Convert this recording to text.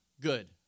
good